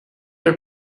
are